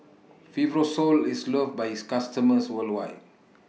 Fibrosol IS loved By its customers worldwide